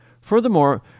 Furthermore